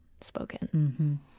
spoken